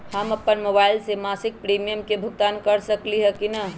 हम अपन मोबाइल से मासिक प्रीमियम के भुगतान कर सकली ह की न?